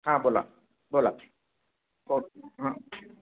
हां बोला बोला की